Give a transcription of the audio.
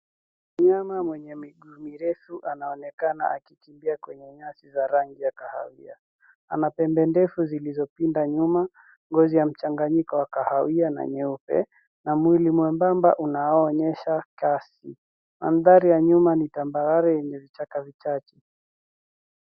Mnyama mwenye miguu mirefu anaonekana akikimbia kwenye nyasi za rangi ya kahawia. Ana pembe ndefu zilizopinda nyuma, ngozi ya mchanganyiko wa kahawia na nyeupe na mwili mwembamba unaoonyesha kasi. Mandhari ya nyuma ni tambarare yenye vichaka vichache.